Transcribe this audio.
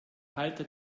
halter